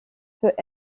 peut